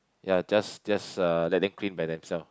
ya just just uh let them clean by themselves